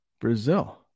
brazil